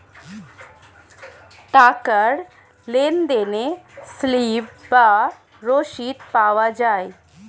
টাকার লেনদেনে স্লিপ বা রসিদ পাওয়া যায়